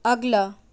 اگلا